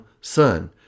Son